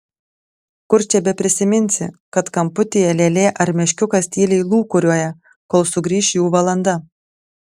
kur čia beprisiminsi kad kamputyje lėlė ar meškiukas tyliai lūkuriuoja kol sugrįš jų valanda